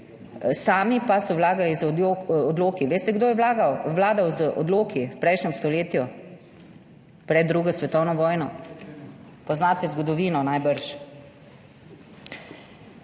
sami pa so vladali z odloki. Veste, kdo je vladal z odloki v prejšnjem stoletju, pred drugo svetovno vojno? Najbrž poznate zgodovino.